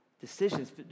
decisions